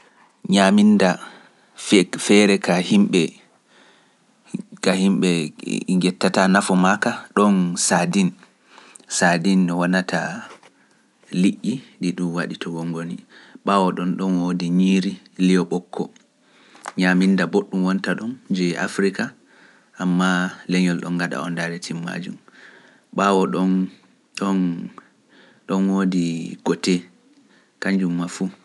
ɲaminda feere ka yimɓe kepttata nafu maaka ɗon Sadin. Sadin wonata liƴƴi ɗi ɗum waɗi to ngongoyn ɓaawo ɗon ɗon woodi ñiiri liyo ɓokko, ɲaminda boɗɗum wonta ɗon nder Afrika amma leñol ɗon ngaɗa ondaretin maajum ɓaawo ɗon ɗon woodi gote/nyawri kañum ma fuu.